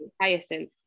hyacinth